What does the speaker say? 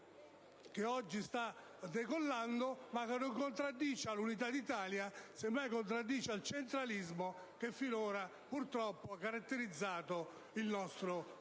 che oggi sta decollando e che non contraddice l'Unità d'Italia: semmai contraddice il centralismo che fino ad ora ha purtroppo caratterizzato il nostro Paese.